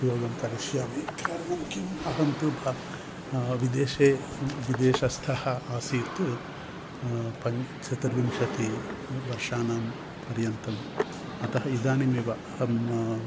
उपयोगं करिष्यामि कारणं किं अहं तु भा विदेशे विदेशस्थः आसीत् पञ्च चतुर्विंशति वर्ष पर्यन्तं अतः इदानीमेव अहं